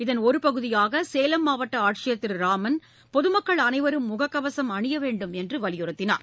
இதன் ஒருபகுதியாகசேலம் மாவட்டஆட்சியர் திருராமன் பொதுமக்கள் அனைவரும் முகக்கவசம் அணியவேண்டும் என்றுவலியுறுத்தினார்